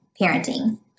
parenting